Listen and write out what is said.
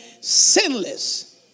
sinless